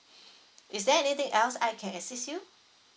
is there anything else I can assist you